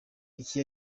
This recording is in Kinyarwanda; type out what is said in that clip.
iki